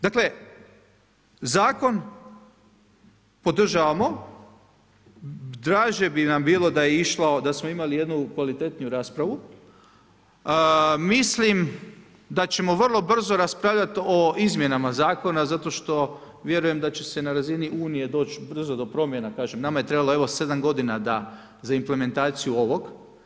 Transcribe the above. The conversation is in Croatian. Dakle, zakon podržavamo, draže bi nam bilo da smo imali jednu kvalitetniju raspravu, mislim da ćemo vrlo brzo raspravljati o izmjenama zakona zato što vjerujem da će se na razini Unije doći brzo do promjena, kažem nama je trebalo 7 godina za implementaciju ovog.